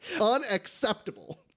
Unacceptable